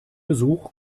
besuch